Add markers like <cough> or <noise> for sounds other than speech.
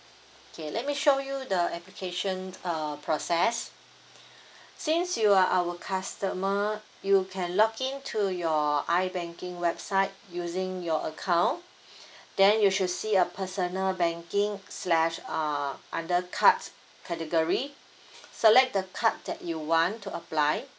okay let me show you the applications uh process since you are our customer you can log in to your ibanking website using your account <breath> then you should see a personal banking slash uh under cards category select the card that you want to apply